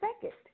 second